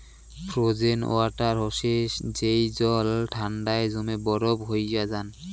frozen water হসে যেই জল ঠান্ডায় জমে বরফ হইয়া জাং